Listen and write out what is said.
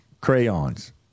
crayons